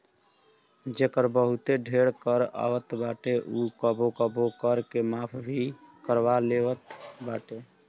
जेकर बहुते ढेर कर आवत बाटे उ कबो कबो कर के माफ़ भी करवा लेवत बाटे